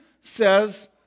says